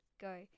go